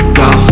go